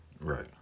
Right